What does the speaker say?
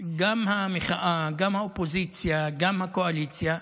גם המחאה, גם האופוזיציה, גם הקואליציה,